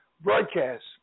broadcast